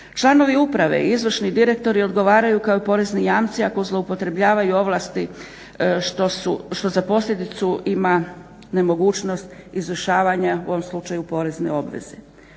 Članovi uprave i izvršni direktori odgovaraju kao i porezni jamci ako zloupotrebljavaju ovlasti što za posljedicu ima nemogućnost izvršavanja u ovom slučaju porezne obveze.